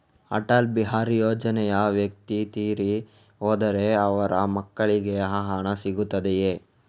ಅಟಲ್ ಬಿಹಾರಿ ಯೋಜನೆಯ ವ್ಯಕ್ತಿ ತೀರಿ ಹೋದರೆ ಅವರ ಮಕ್ಕಳಿಗೆ ಆ ಹಣ ಸಿಗುತ್ತದೆಯೇ?